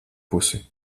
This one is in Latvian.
pusi